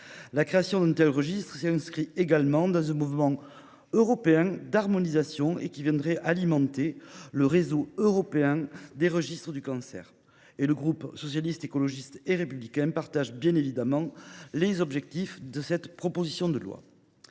La création d'un tel registre s'inscrit également dans un mouvement européen d'harmonisation, car il viendrait alimenter le réseau européen des registres du cancer. Le groupe Socialiste, Écologiste et Républicain partage bien évidemment les objectifs de cette proposition de loi.